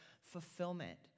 fulfillment